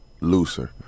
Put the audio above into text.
looser